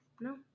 No